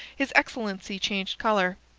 his excellency changed colour.